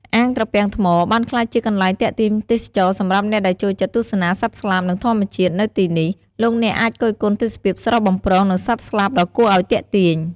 អាងត្រពាំងថ្មបានក្លាយជាកន្លែងទាក់ទាញទេសចរណ៍សម្រាប់អ្នកដែលចូលចិត្តទស្សនាសត្វស្លាបនិងធម្មជាតិ នៅទីនេះ លោកអ្នកអាចគយគន់ទេសភាពស្រស់បំព្រង និងសត្វស្លាបដ៏គួរឱ្យទាក់ទាញ។